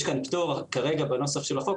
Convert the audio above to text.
יש כאן פטור כרגע בנוסח החוק,